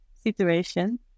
situation